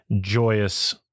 joyous